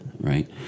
right